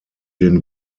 den